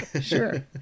Sure